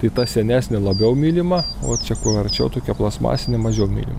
tai ta senesnė labiau mylima o čia kur arčiau tokia plastmasinė mažiau myli